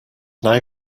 now